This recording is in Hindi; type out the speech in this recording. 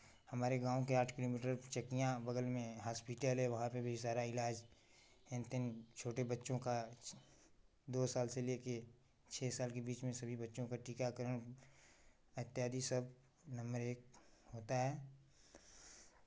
हमारे गाँव के आठ किलोमीटर चकियाँ बगल में हॉस्पिटल है वहाँ पे भी सारा इलाज हेन टेन छोटे बच्चों का दो साल से ले के छः साल के बीच में सभी बच्चों का टीकाकरण इत्यादि सब नंबर एक होता है